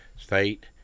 State